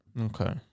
Okay